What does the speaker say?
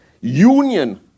union